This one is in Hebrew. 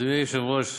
אדוני היושב-ראש,